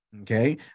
Okay